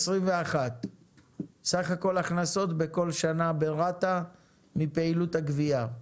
2021. סך כל הכנסות בכל שנה ברת"א מפעילות הגבייה.